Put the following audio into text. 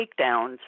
takedowns